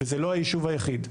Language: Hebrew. וזה לא הישוב היחיד.